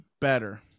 better